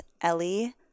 Ellie